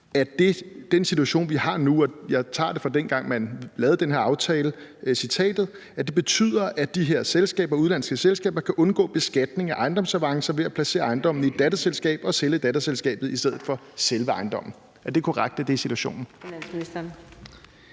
at den situation, vi har nu – og jeg citerer fra dengang, man lavede den her aftale – betyder, at de her udenlandske selskaber kan undgå beskatning af ejendomsavancer ved at placere ejendommene i et datterselskab og sælge datterselskabet i stedet for selve ejendommen? Er det korrekt, at det er situationen?